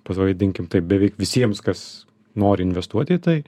pavadinkim taip beveik visiems kas nori investuoti į tai